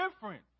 different